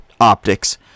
optics